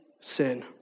sin